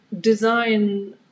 design